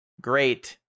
Great